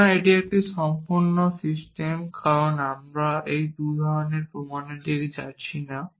সুতরাং এটি একটি সম্পূর্ণ সিস্টেম কারণ আমরা এই বছরের প্রমাণের দিকে যাচ্ছি না